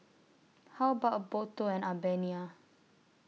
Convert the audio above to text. How about A Boat Tour on Albania